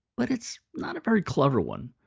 but it's not a very clever one.